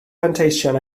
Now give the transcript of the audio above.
fanteision